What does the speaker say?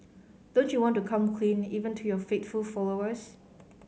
don't you want to come clean even to your faithful followers